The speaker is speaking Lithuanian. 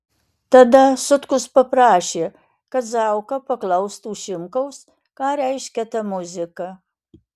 tada sutkus paprašė kad zauka paklaustų šimkaus ką reiškia ta muzika